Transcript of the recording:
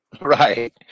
Right